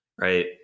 right